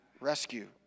rescue